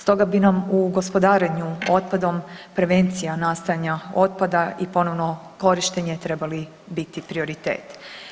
Stoga bi nam u gospodarenju otpadom prevencija nastajanja otpada i ponovno korištenje trebali biti prioritet.